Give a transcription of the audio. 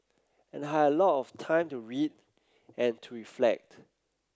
and had a lot of time to read and to reflect